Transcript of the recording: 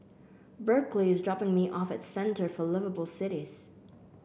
Berkley is dropping me off at Centre for Liveable Cities